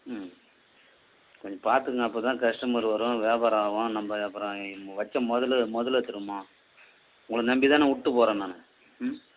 ம் கொஞ்சம் பார்த்துங்க அப்போதான் கஸ்ட்டமரு வரும் வியாபாரம் ஆகும் நம்ம அப்புறம் வைச்ச முதலு முதலு திரும்பும் உங்களை நம்பி தானே விட்டு போகிறேன் நான் ம்